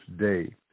day